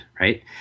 right